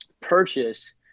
purchase